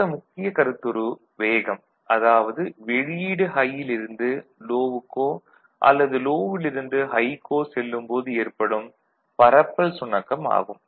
அடுத்த முக்கிய கருத்துரு வேகம் அதாவது வெளியீடு ஹை ல் இருந்து லோ வுக்கோ அல்லது லோ வில் இருந்து ஹைக் கோ செல்லும் போது ஏற்படும் பரப்பல் சுணக்கம் ஆகும்